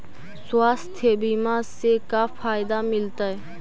स्वास्थ्य बीमा से का फायदा मिलतै?